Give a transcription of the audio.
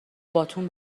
باتوم